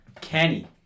Kenny